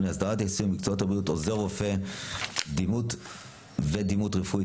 8) (הסדרת העיסוק במקצועות הבריאות עוזר רופא ודימותנות רפואית),